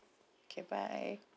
okay bye